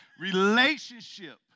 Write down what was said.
Relationship